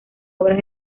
obras